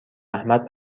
احمد